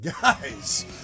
Guys